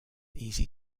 easy